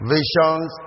Visions